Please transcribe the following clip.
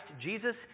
Jesus